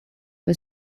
but